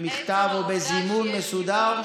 במכתב או בזימון מסודר,